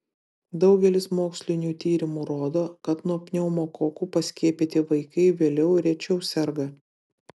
daugelis mokslinių tyrimų rodo kad nuo pneumokokų paskiepyti vaikai vėliau rečiau serga